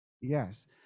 yes